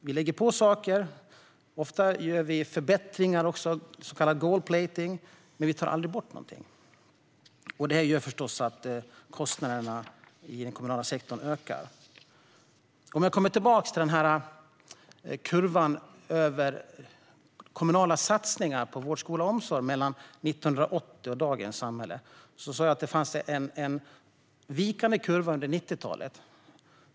Vi lägger på saker som ofta också innebär förbättringar - så kallad gold plating - men vi tar aldrig bort något. Detta gör förstås att kostnaderna inom den kommunala sektorn ökar. Låt mig återgå till kurvan över kommunala satsningar på vård, skola och omsorg mellan 1980 och dagens samhälle. Jag sa att det fanns en vikande kurva under 90-talet.